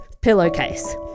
pillowcase